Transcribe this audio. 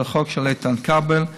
את החוק של איתן כבל,